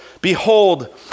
behold